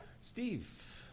Steve